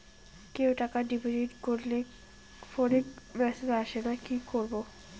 কেউ টাকা ডিপোজিট করলে ফোনে মেসেজ আসেনা কি করবো?